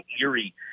eerie